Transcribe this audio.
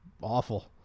awful